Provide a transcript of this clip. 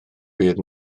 bydd